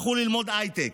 הלכו ללמוד הייטק,